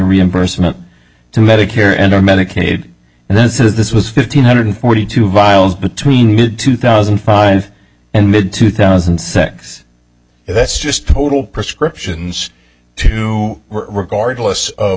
reimbursement to medicare and medicaid and this is this was fifteen hundred forty two viles between mid two thousand and five and mid two thousand and six that's just total prescriptions to regardless of